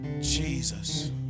Jesus